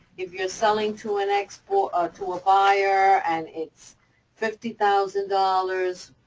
if you're selling to an export ah to a buyer, and it's fifty thousand dollars,